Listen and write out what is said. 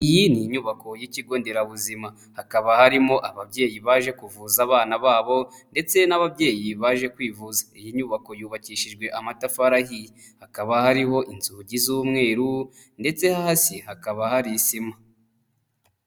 Iyi ni inyubako y'ikigo nderabuzima, hakaba harimo ababyeyi baje kuvuza abana babo ndetse n'ababyeyi baje kwivuza. Iyi nyubako yubakishijwe amatafari ahiye. Hakaba hariho inzugi z'umweru ndetse hasi hakaba hari isima.